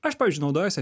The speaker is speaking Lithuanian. aš pavyzdžiui naudojuosi